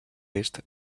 est